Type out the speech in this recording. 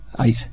eight